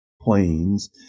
planes